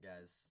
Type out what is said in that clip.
guys